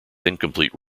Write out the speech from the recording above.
incomplete